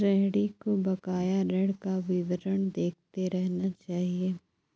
ऋणी को बकाया ऋण का विवरण देखते रहना चहिये